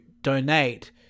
donate